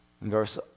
Verse